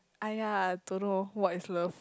!aiya! don't know what is love